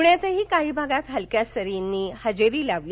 पुण्यातही काही भागात हलक्या सरींनी हजेरी लावली